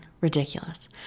ridiculous